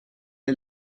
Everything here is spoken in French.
est